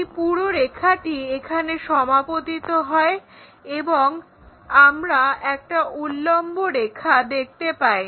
এই পুরো রেখাটি এখানে সমাপতিত হয় এবং আমরা একটা উল্লম্ব রেখা দেখতে পাই